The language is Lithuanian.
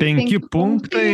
penki punktai